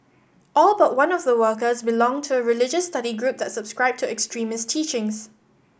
all but one of the workers belonged to a religious study group that subscribed to extremist teachings